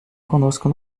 conosco